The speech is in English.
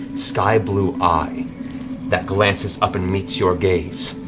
sky-blue eye that glances up and meets your gaze.